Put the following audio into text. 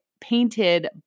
painted